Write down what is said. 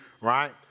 Right